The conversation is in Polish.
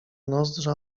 nozdrza